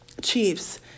Chiefs